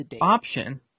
option